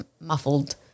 muffled